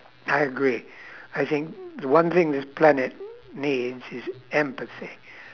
I agree I think the one thing this planet needs is empathy